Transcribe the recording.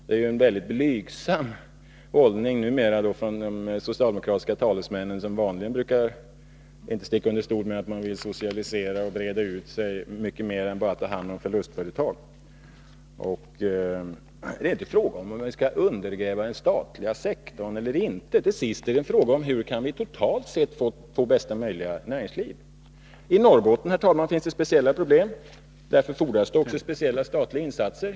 De socialdemokratiska talesmännen intar numera en mycket blygsam hållning — de brukar vanligen inte sticka under stol med att de vill socialisera och breda ut sig mycket mer än att bara ta hand om förlustföretag. Det är ju inte fråga om huruvida vi skall undergräva den statliga sektorn eller inte. Till sist är det en fråga om hur vi totalt sett kan få bästa möjliga näringsliv. I Norrbotten finns det, herr talman, speciella problem, och därför fordras det också speciella statliga insatser.